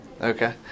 Okay